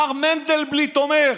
מר מנדלבליט אומר: